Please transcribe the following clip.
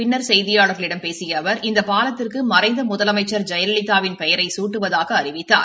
பின்னா் கெய்தியாளா்களிடம் பேசிய அவா் இந்த பாலத்திற்கு மறைந்த முதலமைச்சா் ஜெயலலிதாவின் பெயரை சூட்டுவதாக அறிவித்தார்